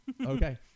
okay